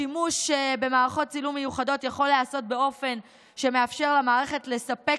השימוש במערכות צילום מיוחדות יכול להיעשות באופן שמאפשר למערכת לספק